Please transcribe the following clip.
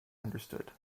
understood